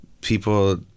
people